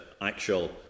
actual